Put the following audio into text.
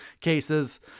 cases